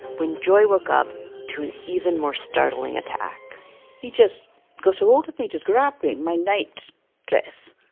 when joy woke up to an even more startling attack he just got ahold of me just grabbed me, my night dress.